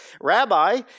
Rabbi